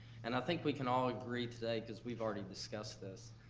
and i think we can all agree today, because we've already discussed this,